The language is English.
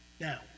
Now